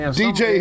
dj